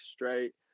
Straight